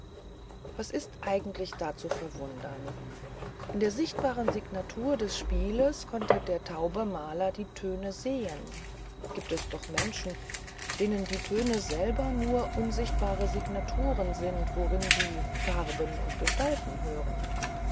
was ist eigentlich da zu verwundern in der sichtbaren signatur des spieles konnte der taube maler die töne sehen gibt es doch menschen denen die töne selber nur unsichtbare signaturen sind worin sie farben und gestalten hören